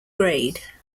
grade